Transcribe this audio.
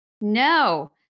No